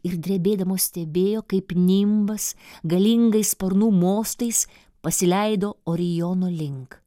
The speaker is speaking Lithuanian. ir drebėdamos stebėjo kaip nimbas galingais sparnų mostais pasileido oriono link